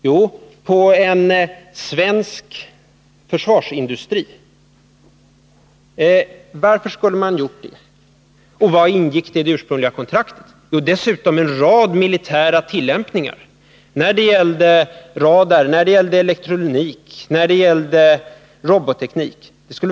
Jo, på en svensk försvarsindustri. Varför har man gjort det? Och vad ingicki det ursprungliga kontraktet? Jo, en rad militära tillämpningar när det gällde radar, elektronik, robotteknik.